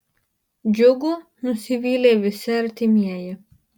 džiugu nusivylė visi artimieji